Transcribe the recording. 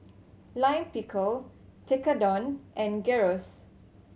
Lime Pickle Tekkadon and Gyros